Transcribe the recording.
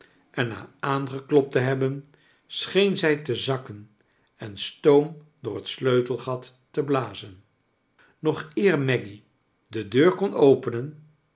en na aangeklopt te hebben scheen zij te zakken en stoom door het sleutelgat te blazen nog eer maggy de deur kon openen